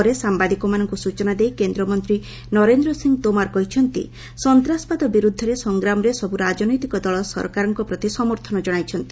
ପରେ ସାମ୍ଭାଦିକମାନଙ୍କୁ ସୂଚନା ଦେଇ କେନ୍ଦ୍ର ମନ୍ତ୍ରୀ ନରେନ୍ଦ ସିଂହ ତୋମର କହିଛନ୍ତି ସନ୍ତାସବାଦ ବିରୁଦ୍ଧରେ ସଂଗ୍ରାମରେ ସବୁ ରାଜନୈତିକ ଦଳ ସରକାରଙ୍କ ପ୍ରତି ସମର୍ଥନ ଜଣାଇଛନ୍ତି